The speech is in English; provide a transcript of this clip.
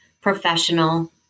professional